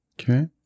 Okay